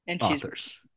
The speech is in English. authors